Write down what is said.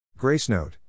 Gracenote